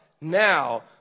now